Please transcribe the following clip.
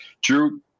Drew